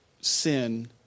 sin